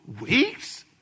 weeks